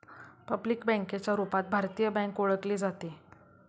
public बँकेच्या रूपात भारतीय बँक ओळखली जाते